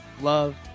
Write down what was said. love